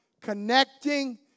Connecting